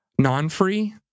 non-free